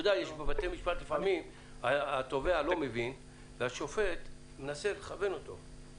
זה כמו שופט שמכוון בבית משפט.